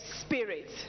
spirit